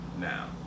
now